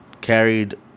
carried